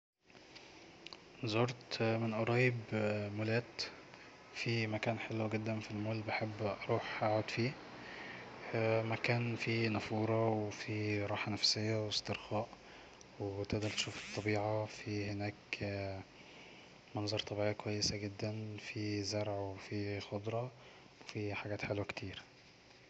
"زورت من قريب مولات في مكان حلو جدا في المول بحب اروح اقعد فيه مكان فيه نافورة وفيه راحة نفسية واسترخاء وتقدر تشوف الطبيعة في هناك مناظر طبيعيه كويسة جدا في زرع وفي خضرة وفي حاجات حلوة كتير"